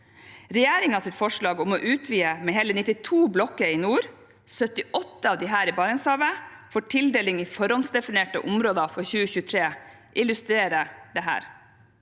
Regjeringens forslag om å utvide med hele 92 blokker i nord – 78 av disse i Barentshavet – for tildeling i forhåndsdefinerte områder for 2023 illustrerer dette.